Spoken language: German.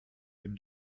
dem